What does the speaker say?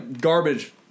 garbage